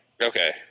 Okay